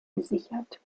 gesichert